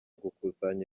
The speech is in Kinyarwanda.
gukusanya